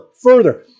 further